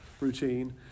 routine